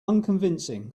unconvincing